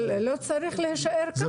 זה לא צריך להישאר כך.